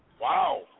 Wow